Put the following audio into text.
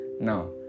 Now